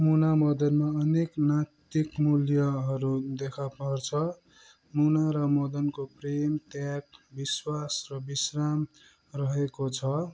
मुनामदनमा अनेक नैतिक मूल्यहरू देखा पर्छ मुना र मदनको प्रेम त्याग विश्वास र विश्राम रहेको छ